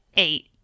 eight